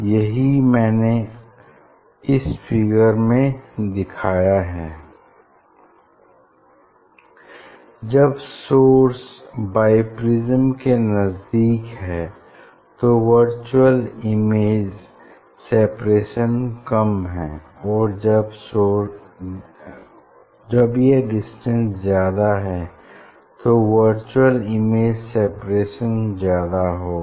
यही मैंने इस फिगर में भी दिखाया है जब सोर्स बाई प्रिज्म के नजदीक है तो वर्चुअल इमेज सेपरेशन कम है और जब यह डिस्टेंस ज्यादा है तो वर्चुअल इमेज सेपरेशन ज्यादा होगा